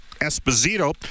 Esposito